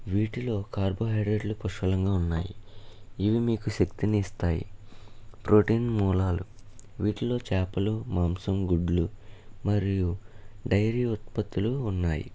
వీటిలో కార్బోహైడ్రేట్లు పుష్కలంగా ఉన్నాయి ఇవి మీకు శక్తిని ఇస్తాయి ప్రోటీన్ మూలాలు వీటిలో చేపలు మాంసం గుడ్లు మరియు డైరీ ఉత్పత్తులూ ఉన్నాయి